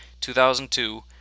2002